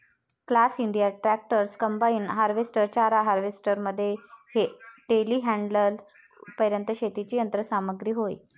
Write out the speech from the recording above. class India tractors, combine harvester, चारा harvester मध्ये टेलीहँडलरपर्यंत शेतीची यंत्र सामग्री होय